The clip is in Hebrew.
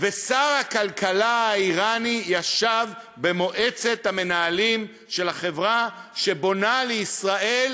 ושר הכלכלה האיראני ישב במועצת המנהלים של החברה שבונה לישראל